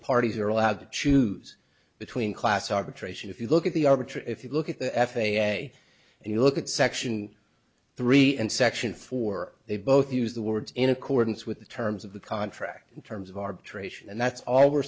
parties are allowed to choose between class arbitration if you look at the arbitrator if you look at the f a a and you look at section three and section four they both use the words in accordance with the terms of the contract in terms of arbitration and that's all we're